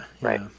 Right